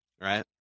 Right